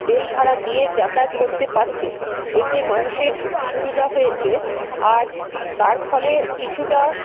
rail ভাড়া দিয়ে যাতায়াত করতে পারছে এতে মানুষের সুবিধা হয়েছে আর তার ফলে কিছুটা